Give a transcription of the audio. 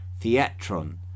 theatron